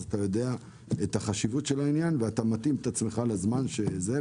אתה יודע את חשיבות העניין ואתה מתאים את עצמך לזמן הזה,